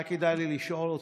היה כדאי לי לשאול אותך,